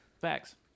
Facts